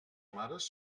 mares